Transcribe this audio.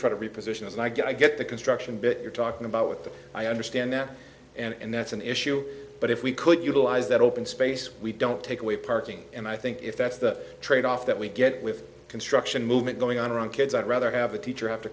try to reposition as i get i get the construction bit you're talking about with the i understand that and that's an issue but if we could utilize that open space we don't take away parking and i think if that's the tradeoff that we get with construction movement going on around kids i'd rather have a teacher